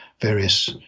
various